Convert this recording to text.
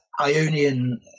Ionian